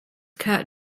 kurt